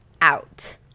out